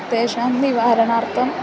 तेषां निवारणार्थं